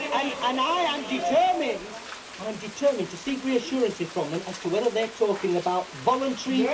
i am determined i am determined to seek reassurances from them as to whether they're talking about voluntary,